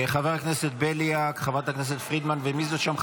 חבר הכנסת בליאק, חברת הכנסת פרידמן, ומי זה שם?